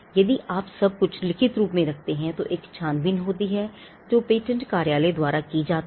यदि आप सब कुछ लिखित रूप में रखते हैं तो एक छानबीन होती है जो पेटेंट कार्यालय द्वारा की जाती है